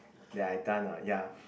that I done ah ya